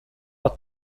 att